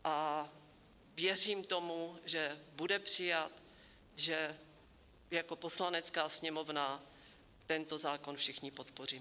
A věřím tomu, že bude přijat, že jako Poslanecká sněmovna tento zákon všichni podpoříme.